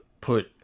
put